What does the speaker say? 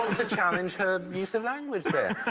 to challenge her use of language there.